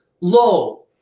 Low